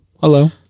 Hello